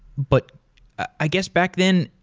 but i guess back then,